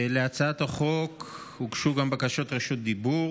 להצעת החוק הוגשו גם בקשות רשות דיבור